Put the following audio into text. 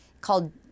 called